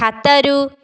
ଖାତାରୁ